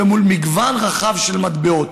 מול מגוון רחב של מטבעות.